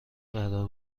قرار